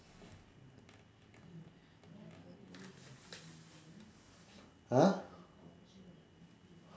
!huh!